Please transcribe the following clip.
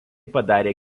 padarė